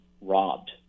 robbed